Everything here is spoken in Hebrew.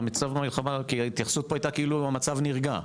כי ההתייחסות פה הייתה כאילו המצב נרגע.